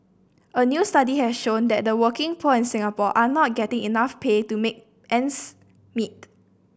a new study has shown that the working poor in Singapore are not getting enough pay to make ends meet